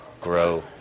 grow